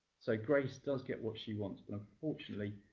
so grace does get what she wants. but unfortunately,